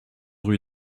rue